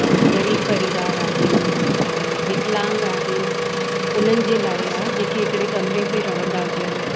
ग़रीब परिवार आहिनि ऐं विकलांग आहिनि उन्हनि जे लाइ आहे जेके हिकिड़े कमिरे में रहंदा हुजनि